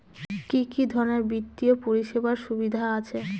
কি কি ধরনের বিত্তীয় পরিষেবার সুবিধা আছে?